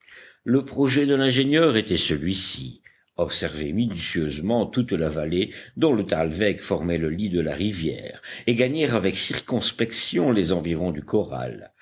le projet de l'ingénieur était celui-ci observer minutieusement toute la vallée dont le thalweg formait le lit de la rivière et gagner avec circonspection les environs du corral